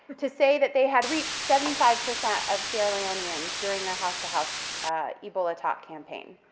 to say that they had reached seventy five percent of sierra leoneans during their house to house ebola talk campaign,